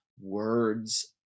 words